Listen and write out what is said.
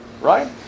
Right